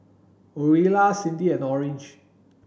Orilla Cyndi and Orange